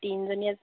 তিনিজনীয়ে